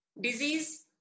Disease